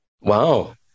Wow